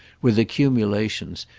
with accumulations,